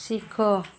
ଶିଖ